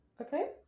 Okay